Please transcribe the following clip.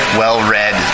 well-read